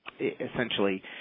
essentially